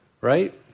right